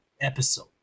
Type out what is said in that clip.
episode